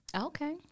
Okay